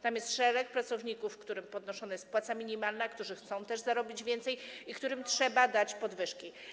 Tam jest szereg pracowników, którym podnoszona jest płaca minimalna, którzy chcą też zarobić więcej i którym trzeba dać podwyżki.